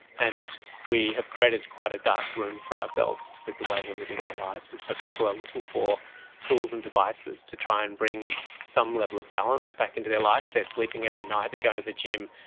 and we have created quite a dark room for ourselves with the way we are living our lives, and so people are looking for tools and devices to try and bring some level of balance back into their life. they are sleeping every night, they are going to the gym,